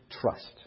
trust